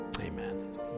Amen